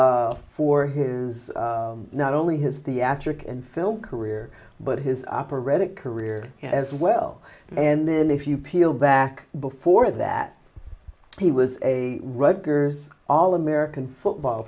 globe for his not only his the african film career but his operatic career as well and then if you peel back before that he was a rutgers all american football